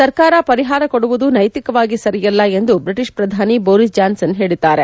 ಸರಕಾರ ಪರಿಹಾರ ಕೊಡುವುದು ನೈತಿಕವಾಗಿ ಸರಿಯಲ್ಲ ಎಂದು ಬ್ರಿಟಿಷ್ ಪ್ರಧಾನಿ ಬೋರಿಸ್ ಜಾನ್ಸನ್ ಹೇಳಿದ್ದಾರೆ